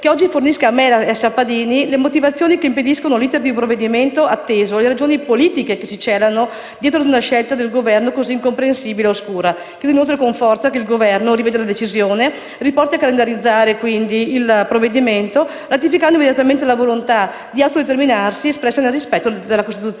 oggi fornisca a me e ai sappadini le motivazioni che impediscono l'*iter* di un provvedimento atteso e le ragioni politiche che si celano dietro ad una scelta del Governo così incomprensibile e oscura. Chiedo inoltre con forza che il Governo riveda la decisione, porti a ricalendarizzare il provvedimento, ratificando immediatamente la volontà di autodeterminazione espressa nel rispetto della Costituzione.